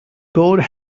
god